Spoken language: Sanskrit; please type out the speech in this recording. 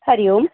हरिः ओम्